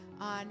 on